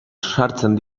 sartzen